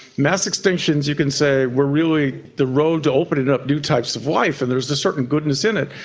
mass extinctions you can say were really the road to opening up new types of life, and there's a certain goodness in it.